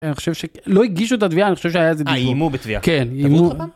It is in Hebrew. ‫אני חושב שלא הגישו את התביעה, ‫אני חושב שהיה איזה דבר. ‫איימו בתביעה. ‫-כן, איימו.